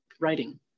writing